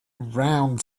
round